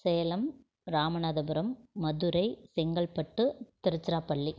Salem Ramanathapuram Madurai Chengalpattu Tiruchirappalli